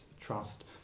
Trust